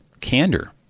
candor